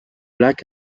lac